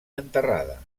enterrada